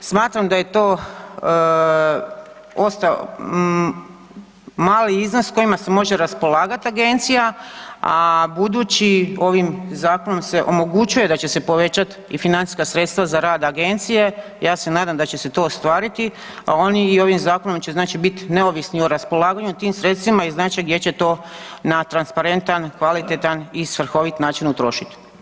Smatram da je to mali iznos kojim može raspolagati Agencija, a budući ovim Zakonom se omogućuje da će se povećati i financijska sredstva za rad Agencije ja se nadam da će se to ostvariti, a oni i ovim Zakonom će znači biti neovisni o raspolaganju tim sredstvima i znat će gdje će to na transparentan, kvalitetan i svrhovit način utrošiti.